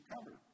covered